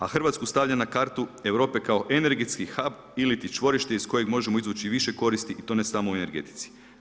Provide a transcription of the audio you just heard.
A Hrvatsku stavlja na kartu Europu kao energetski hab ili ti čvorište iz kojeg možemo izvući više koristi i to ne samo u energetici.